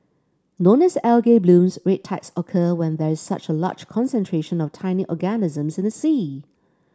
known as algae blooms red tides occur when there is such a large concentration of tiny organisms in the sea